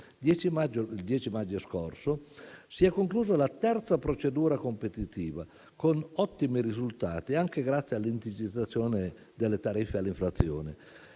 10 maggio si è conclusa la terza procedura competitiva con ottimi risultati, anche grazie all'indicizzazione delle tariffe all'inflazione.